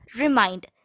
remind